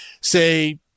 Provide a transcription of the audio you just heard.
say